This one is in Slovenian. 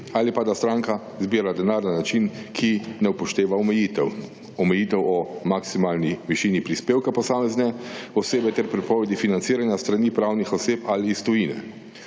ali pa da stranka zbira denar na način, ki ne upošteva omejitev, omejitev o maksimalni višini prispevka posamezne osebe ter prepovedi financiranja s strani pravnih oseb ali iz tujine.